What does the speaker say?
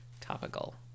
topical